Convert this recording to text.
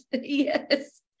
Yes